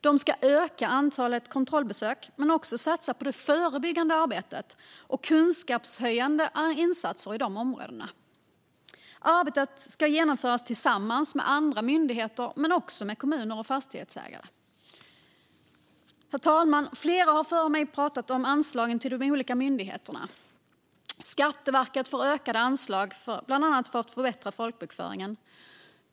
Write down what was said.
De ska öka antalet kontrollbesök men också satsa på det förebyggande arbetet och kunskapshöjande insatser i de områdena. Arbetet ska genomföras tillsammans med andra myndigheter men också med kommuner och fastighetsägare. Herr talman! Flera har före mig pratat om anslagen till de olika myndigheterna. Skatteverket får ökade anslag bland annat för att förbättra folkbokföringen.